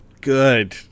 good